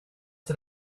did